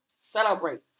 celebrate